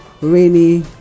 rainy